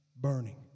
burning